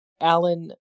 Alan